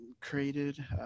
created